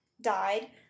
died